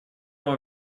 вам